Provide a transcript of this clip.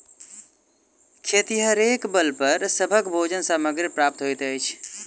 खेतिहरेक बल पर सभक भोजन सामग्री प्राप्त होइत अछि